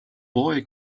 boy